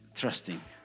trusting؟